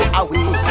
away